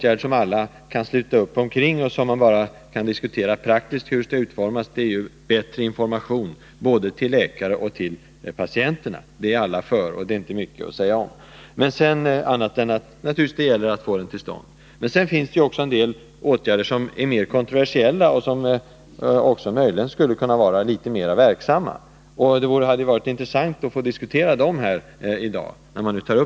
En åtgärd som alla kan sluta upp omkring — och där man därför bara kan behöva diskutera hur den praktiskt skall utformas — är bättre information, både till läkarna och till patienterna. Den åtgärden är alla för. Sedan finns det också en del åtgärder som är mer kontroversiella men som också möjligen skulle kunna vara litet mer verksamma. Det hade varit intressant att få diskutera dem här i dag.